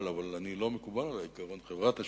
מקובל, אבל לא מקובל עלי עקרון חברת השוק.